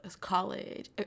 college